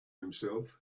himself